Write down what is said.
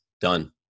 done